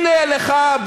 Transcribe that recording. הנה לך,